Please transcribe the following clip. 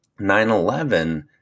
9-11